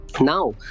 Now